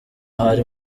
hari